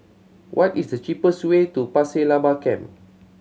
what is the cheapest way to Pasir Laba Camp